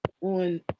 on